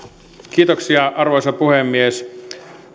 kiitoksia arvoisa puhemies